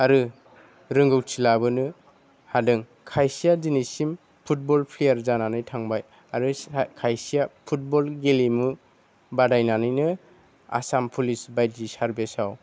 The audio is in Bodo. आरो रोंगौथि लाबोनो हादों खायसेया दिनैसिम फुटबल प्लेयार जानानै थांबाय आरो खायसेया फुटबल गेलेमु बादायनानैनो आसाम पुलिस बायदि सारबिसाव